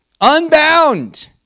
unbound